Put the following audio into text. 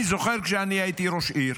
אני זוכר, כשאני הייתי ראש עיר